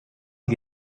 sie